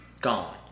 Gone